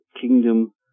kingdom